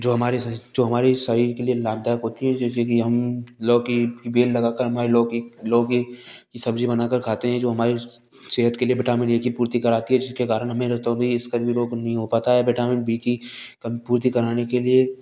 जो हमारे श जो हमारे शरीर के लिए लाभदायक होती हैं जैसे कि हम लौकी की बेल लगाकर हमारे लौकी लौकी की सब्जी बनाकर खाते हैं जो हमारे सेहत के लिए विटामिन ए की पूर्ति कराती है जिसके कारण हमें रतौंधी स्कर्वी रोग नहीं हो पाता है विटामिन बी की क पूर्ति कराने के लिए